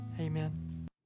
amen